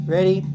Ready